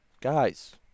guys